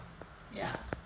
ya